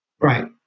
Right